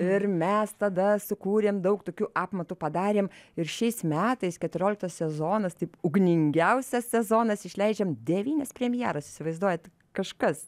ir mes tada sukūrėm daug tokių apmatų padarėm ir šiais metais keturioliktas sezonas taip ugningiausias sezonas išleidžiam devynias premjeras įsivaizduojat kažkas